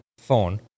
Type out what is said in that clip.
phone